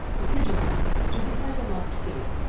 the pigeon house stood behind a locked gate,